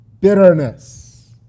bitterness